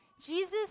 Jesus